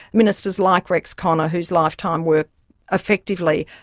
ministers like rex connor, whose lifetime work effectively,